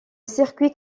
circuit